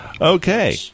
okay